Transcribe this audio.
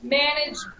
manage